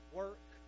work